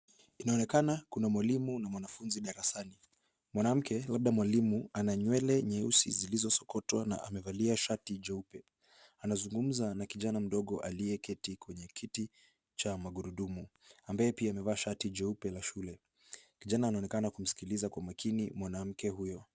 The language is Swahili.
Inaonekana kuna mwalimu na mwanafunzi darasani. Mwanamke, labda mwalimu, ana nywele nyeusi zilizosokotwa na amevalia shati jeupe. Anazungumza na kijana mdogo aliyeketi kwenye kiti cha magurudumu ambaye pia yeye amevaa shati jeupe la shule. Kijana anaonekana kumsikiliza kwa makini mwanamke huyo.